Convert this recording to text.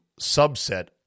subset